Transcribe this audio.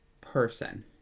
person